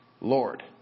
Lord